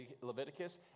Leviticus